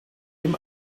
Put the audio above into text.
dem